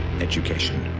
education